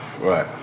right